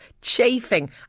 chafing